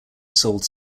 sold